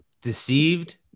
deceived